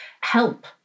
help